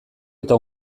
eta